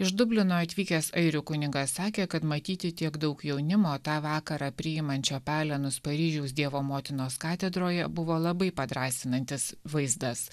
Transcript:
iš dublino atvykęs airių kunigas sakė kad matyti tiek daug jaunimo tą vakarą priimančio pelenus paryžiaus dievo motinos katedroje buvo labai padrąsinantis vaizdas